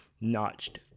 Notched